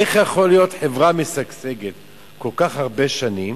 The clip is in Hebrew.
איך יכול להיות שחברה משגשגת כל כך הרבה שנים